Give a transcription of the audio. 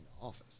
office